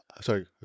sorry